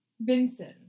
Vincent